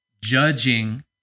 judging